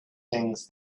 things